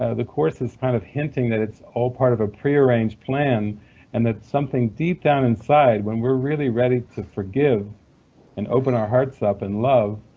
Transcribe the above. ah the course is kind of hinting that it's all part of a pre-arranged plan and that something deep down inside, when we're really ready to forgive and open our hearts up and love,